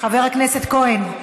חבר הכנסת כהן.